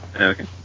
Okay